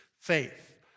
faith